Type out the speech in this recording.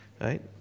right